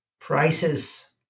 prices